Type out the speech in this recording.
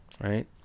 right